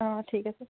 অঁ ঠিক আছে